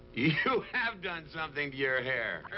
you so have done something to your hair.